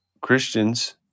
Christians